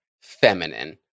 feminine